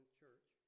church